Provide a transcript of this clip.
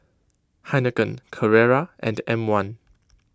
Heinekein Carrera and M one